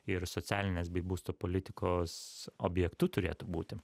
ir socialinės bei būsto politikos objektu turėtų būti